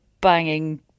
banging